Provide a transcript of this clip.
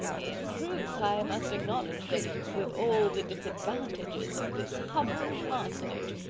in truth i must acknowledge that, with all the disadvantages of this humble parsonage,